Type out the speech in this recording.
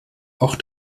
auch